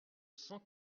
cent